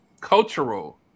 cultural